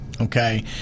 Okay